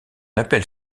appelle